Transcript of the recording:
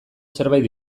zerbait